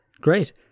Great